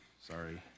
sorry